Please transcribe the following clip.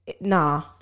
nah